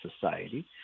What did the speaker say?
society